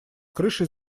крышей